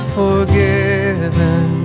forgiven